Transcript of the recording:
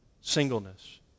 Singleness